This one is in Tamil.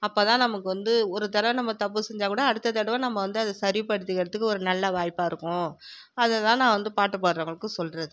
அப்போ தான் நமக்கு வந்து ஒரு தர நம்ம தப்பு செஞ்சால்கூட அடுத்த தடவை நம்ம வந்து அது சரிபடுத்திக்கிறத்துக்கு ஒரு நல்ல வாய்ப்பாக இருக்கும் அதுதான் நான் வந்து பாட்டு பாடறவுங்களுக்கு சொல்வது